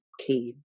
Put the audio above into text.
key